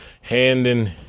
handing